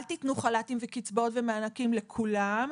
אל תתנאו חל"תים וקצבאות ומענקים לכולם,